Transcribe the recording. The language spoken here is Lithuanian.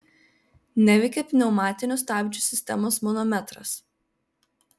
neveikia pneumatinių stabdžių sistemos manometras